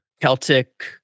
celtic